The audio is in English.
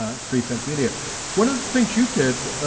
ah free think media one of the things you did, ah,